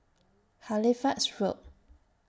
Halifax Road